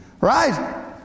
Right